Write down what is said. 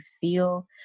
feel